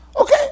Okay